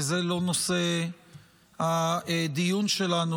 כי זה לא נושא הדיון שלנו,